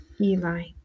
Eli